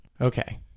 Okay